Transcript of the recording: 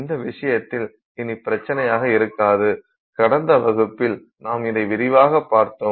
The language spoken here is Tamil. இந்த விஷயத்தில் இனி பிரச்சினையாக இருக்காது கடந்த வகுப்பில் நாம் இதை விரிவாக பார்த்தோம்